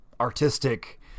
artistic